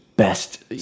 Best